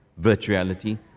virtuality